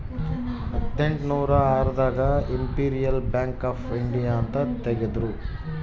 ಹದಿನೆಂಟನೂರ ಆರ್ ದಾಗ ಇಂಪೆರಿಯಲ್ ಬ್ಯಾಂಕ್ ಆಫ್ ಇಂಡಿಯಾ ಅಂತ ತೇಗದ್ರೂ